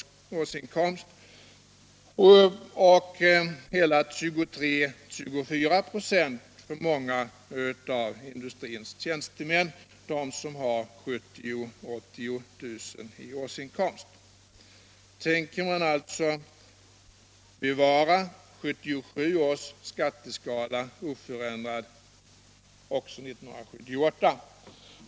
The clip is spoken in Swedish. i årsinkomst, och hela 23-24 26 för många av industrins tjänstemän, de som har 70 000-80 000 kr. i årsinkomst. Tänker socialdemokraterna alltså bevara 1977 års skatteskala oförändrad också 1978?